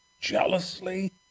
jealously